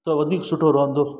त वधीक सुठो रहंदो